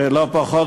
התיכון.